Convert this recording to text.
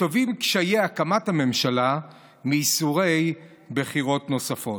טובים קשיי הקמת הממשלה מייסורי בחירות נוספות.